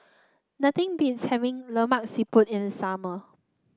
nothing beats having Lemak Siput in the summer